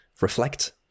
reflect